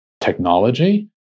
technology